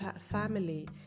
family